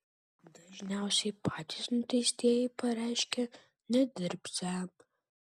dažniausiai patys nuteistieji pareiškia nedirbsią